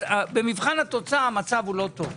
במבחן התוצאה המצב לא טוב.